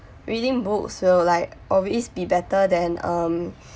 reading books will like always be better than um